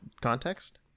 context